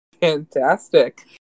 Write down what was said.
fantastic